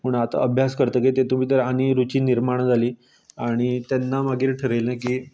म्हूण आतां अभ्यास करतगीर तितून भितर आनी रूची निर्माण जाली आनी तेन्ना मागीर थरयलें की